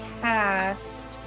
cast